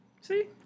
See